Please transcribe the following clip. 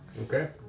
Okay